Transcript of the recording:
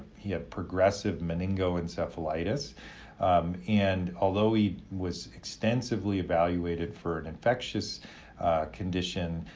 he had progressive meningoencephalitis and although he was extensively evaluated for an infectious condition,